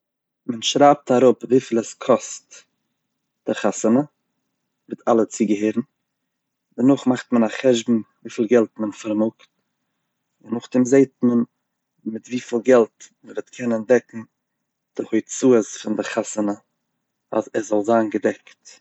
מען שרייבט אראפ וויפיל עס קאסט די חתונה מיט אלע צוגעהערן, דערנאך מאכט מען א חשבון וויפיל געלט מעו פארמאגט, נאכדעם זעט מען מיט וויפיל געלט מען וועט קענען דעקן די הוצאות פון די חתונה אז עס זאל זיין געדעקט.